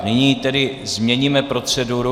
Nyní tedy změníme proceduru.